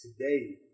today